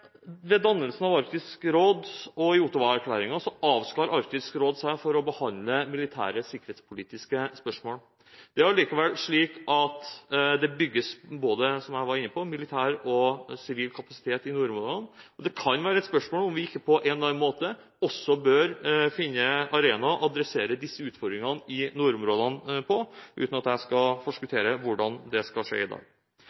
avskar Arktisk råd seg fra å behandle militære og sikkerhetspolitiske spørsmål. Det er allikevel slik at det, som jeg var inne på, bygges både militær og sivil kapasitet i nordområdene, og det kan være et spørsmål om vi ikke på en eller annen måte også bør finne arenaer å adressere disse utfordringene i nordområdene på, uten at jeg skal